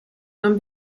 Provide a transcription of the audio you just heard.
non